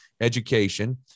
education